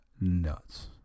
Nuts